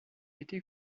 été